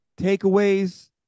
takeaways